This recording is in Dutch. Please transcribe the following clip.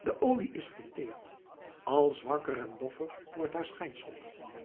de olie is verteerd al zwakker en doffer wordt haar schijnsel